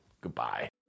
Goodbye